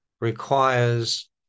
requires